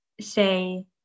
say